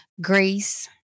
Grace